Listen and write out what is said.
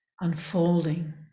unfolding